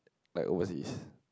like overseas